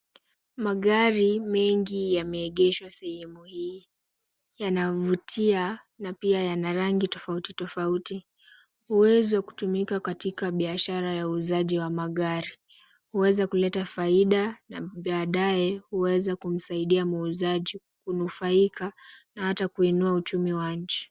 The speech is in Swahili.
Magari mengi yameegeshwa sehemu hii yanavutia na pia yana rangi tofauti tofauti. Huweza kutumika katika biashara ya uuzaji wa magari. Huweza kuleta faida na baadae huweza kumsaidia muuzaji kunufaika na hata kuinua uchumi wa nchi.